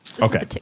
Okay